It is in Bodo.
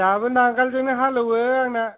दाबो नांगोलजोंनो हाल एवो आंना